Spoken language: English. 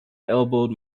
elbowed